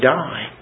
die